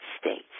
States